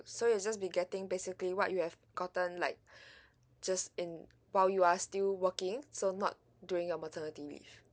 so you'll just be getting basically what you have gotten like just in while you are still working so not during your maternity leave